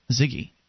Ziggy